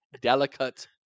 Delicate